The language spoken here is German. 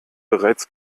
bereits